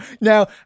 now